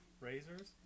razors